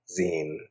zine